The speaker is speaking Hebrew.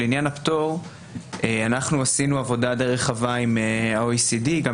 לעניין הפטור אנחנו עשינו עבודה די רחבה עם ה-OECD וגם